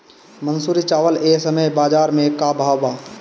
मंसूरी चावल एह समय बजार में का भाव बा?